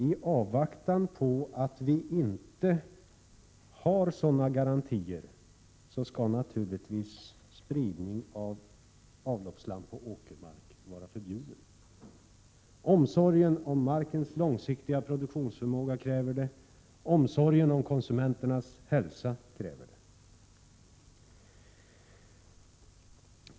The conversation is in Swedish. I avvaktan på att vi får sådana garantier att det kan användas skall naturligtvis spridning av avloppsslam på åkermark vara förbjuden. Omsorgen om markens långsiktiga produktionsförmåga kräver det, omsorgen om konsumenternas hälsa kräver det.